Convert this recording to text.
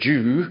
Jew